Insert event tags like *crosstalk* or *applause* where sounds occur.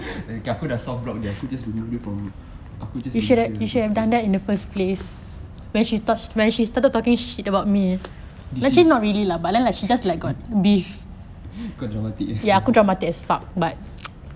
aku dah soft block aku just remove dia from aku just remove dia remove dia shit *laughs* kau dramatic eh as fu~